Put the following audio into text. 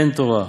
אין תורה.